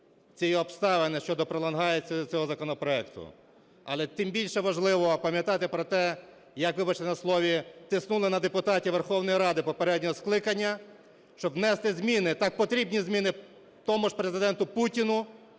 цієї обставини щодо пролонгації цього законопроекту. Але тим більше важливо пам’ятати про те, як, вибачте на слові, тиснули на депутатів Верховної Ради попереднього скликання, щоб внести зміни, так потрібні зміни тому ж Президенту Путіну,